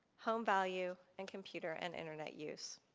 home value and computer and internet use.